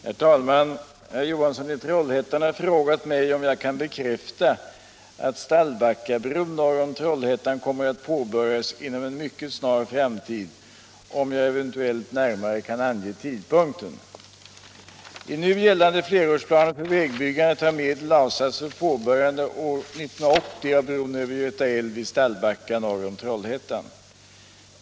Herr talman! Herr Johansson i Trollhättan har frågat mig om jag kan bekräfta att Stallbackabron norr om Trollhättan kommer att påbörjas inom en mycket snar framtid och om jag eventuellt närmare kan ange tidpunkten. I nu gällande flerårsplaner för vägbyggandet har medel avsatts för påbörjande år 1980 av bron över Göta älv vid Stallbacka norr om Trollhättan.